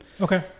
Okay